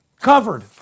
covered